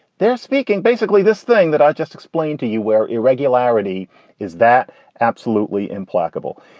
they're speaking basically this thing that i just explained to you, where irregularity is that absolutely implacable.